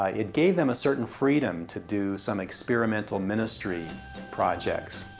ah it gave them a certain freedom to do some experimental ministry projects.